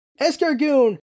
Escargoon